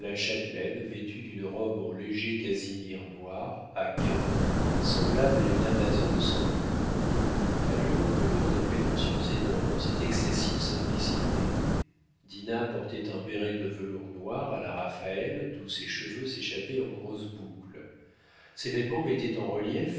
la châtelaine vêtue d'une robe en léger casimir noir à guimpe semblable à une amazone sans queue car ils reconnurent des prétentions énormes dans cette excessive simplicité dinah portait un béret de velours noir à la raphaël d'où ses cheveux s'échappaient en grosses boucles ce vêtement mettait en relief